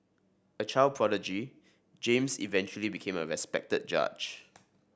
a child prodigy James eventually became a respected judge